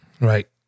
Right